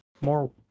more